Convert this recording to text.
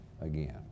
again